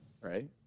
Right